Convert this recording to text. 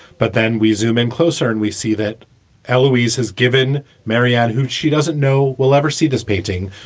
but then we zoom in closer and we see that elway's has given marianne, who she doesn't know will ever see this painting,